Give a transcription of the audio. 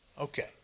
Okay